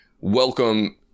welcome